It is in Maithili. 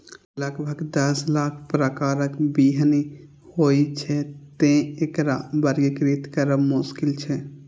लगभग दस लाख प्रकारक बीहनि होइ छै, तें एकरा वर्गीकृत करब मोश्किल छै